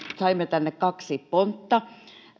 saimme tänne kaksi pontta